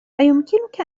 أيمكنك